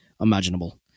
imaginable